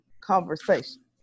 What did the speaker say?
conversation